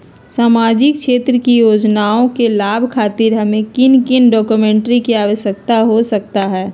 सामाजिक क्षेत्र की योजनाओं के लाभ खातिर हमें किन किन डॉक्यूमेंट की आवश्यकता हो सकता है?